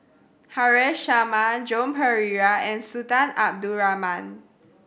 Haresh Sharma Joan Pereira and Sultan Abdul Rahman